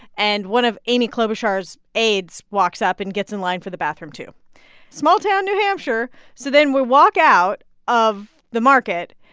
and one of amy klobuchar's aides walks up and gets in line for the bathroom, too small-town new hampshire so then we walk out of the market.